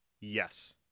Yes